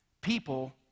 People